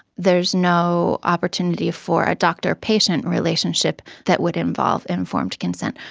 there's no opportunity for a doctor-patient relationship that would involve informed consent.